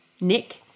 Nick